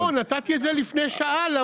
לא, נתתי את זה לפני שעה.